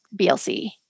BLC